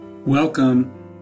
Welcome